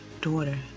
daughter